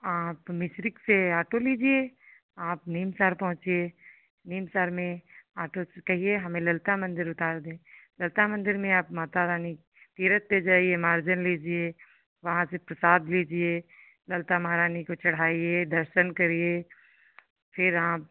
आप मिश्रिख से ऑटो लीजिए आप नीमसार पहुंचिए नीमसार में ऑटो कहिए हमें ललिता मन्दिर उतार दें ललिता मन्दिर में आप माता रानी तीर्थ पर जाईए मार्जन लीजिए वहाँ से प्रसाद लीजिए ललिता महारानी को चढ़ाईए दर्शन करिए फिर आप